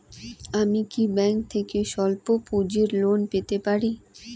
আমি কি ব্যাংক থেকে স্বল্প পুঁজির লোন পেতে পারি?